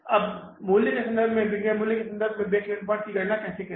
अब मूल्य के संदर्भ में बिक्री के मूल्य के संदर्भ में ब्रेक इवन पॉइंट्स की गणना कैसे करें